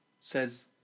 Says